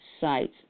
sites